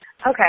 Okay